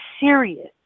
serious